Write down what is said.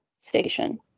station